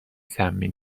سمی